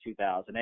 2008